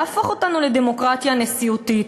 להפוך אותנו לדמוקרטיה נשיאותית,